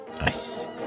Nice